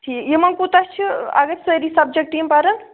ٹھیٖک یِمَن کوٗتاہ چھُ اَگر سأری سَبجیکٹ یِم پَرن